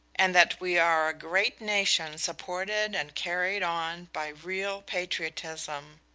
and that we are a great nation supported and carried on by real patriotism.